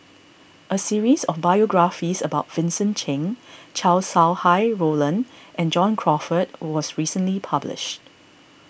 a series of biographies about Vincent Cheng Chow Sau Hai Roland and John Crawfurd was recently published